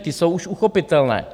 Ty jsou už uchopitelné.